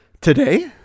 Today